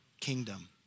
kingdom